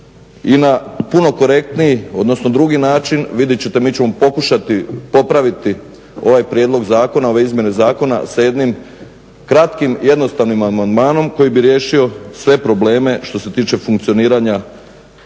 i na puno korektniji, odnosno drugi način, vidjet ćete mi ćemo pokušati popraviti ovaj prijedlog zakona, ove izmjene zakona sa jednim kratkim, jednostavnim amandmanom koji bi riješio sve probleme što se tiče funkcioniranja